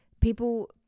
people